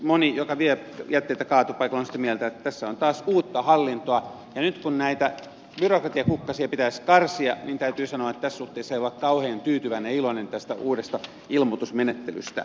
moni joka vie jätteitä kaatopaikalle on sitä mieltä että tässä on taas uutta hallintoa ja nyt kun näitä byrokratiakukkasia pitäisi karsia niin täytyy sanoa että tässä suhteessa ei voi olla kauhean tyytyväinen ja iloinen tästä uudesta ilmoitusmenettelystä